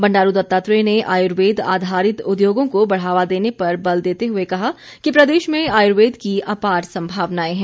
बंडारू दत्तात्रेय ने आयुर्वेद आधारित उद्योगों को बढ़ावा देने पर बल देते हुए कहा कि प्रदेश में आयुर्वेद की अपार संभावनाएं हैं